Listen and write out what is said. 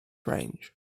range